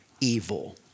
evil